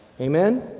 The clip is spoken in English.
Amen